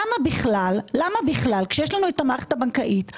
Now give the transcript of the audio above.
למה בכלל כשיש לנו את המערכת הבנקאית,